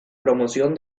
promoción